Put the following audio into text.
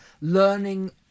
learning